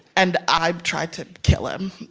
and i tried to kill him